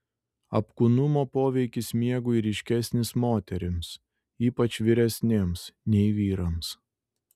apkūnumo poveikis miegui ryškesnis moterims ypač vyresnėms nei vyrams